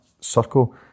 circle